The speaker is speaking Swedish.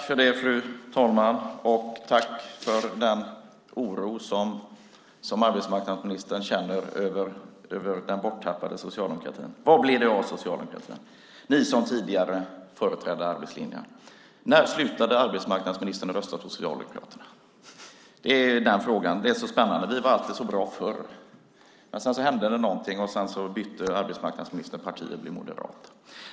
Fru talman! Jag tackar för den oro som arbetsmarknadsministern känner för den borttappade socialdemokratin. Vad blev det av socialdemokratin som tidigare företrädde arbetslinjen? När slutade arbetsmarknadsministern att rösta på Socialdemokraterna? Det är den spännande frågan. Vi var alltid så bra förr. Sedan hände något. Då bytte arbetsmarknadsministern parti och blev moderat.